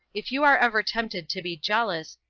if you are ever tempted to be jealous,